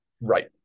Right